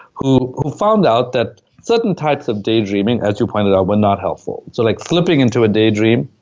who who found out that certain types of daydreaming as you pointed out were not helpful so like, slipping into a daydream,